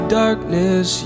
darkness